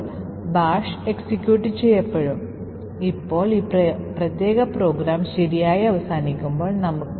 ഇത്ബഫർ overflow ആക്രമണങ്ങൾ തടയുന്നതിനുള്ള വളരെ കാര്യക്ഷമമായ മാർഗ്ഗം ആയിരുന്നാലും ചില ആപ്ലിക്കേഷനുകൾ പൂർത്തിയാകാത്ത അവസ്ഥ ഉണ്ടാകുമെന്ന ഒരു പോരായ്മയുമുണ്ട്